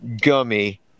Gummy